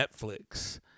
Netflix